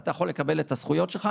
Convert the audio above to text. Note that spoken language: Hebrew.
ואתה יכול לקבל את הזכויות שלך.